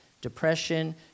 depression